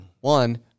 One